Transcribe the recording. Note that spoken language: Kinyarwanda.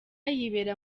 yibera